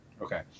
Okay